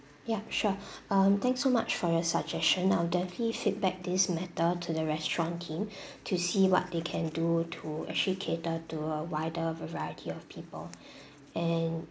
ya sure um thanks so much for your suggestion I'll definitely feedback this matter to the restaurant team to see what they can do to actually cater to a wider variety of people and